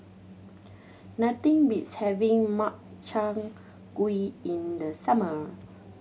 nothing beats having Makchang Gui in the summer